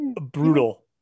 brutal